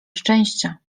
szczęścia